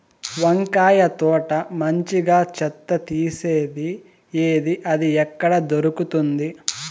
వంకాయ తోట మంచిగా చెత్త తీసేది ఏది? అది ఎక్కడ దొరుకుతుంది?